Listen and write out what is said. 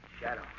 Shadow